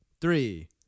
three